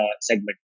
segment